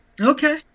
Okay